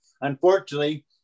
unfortunately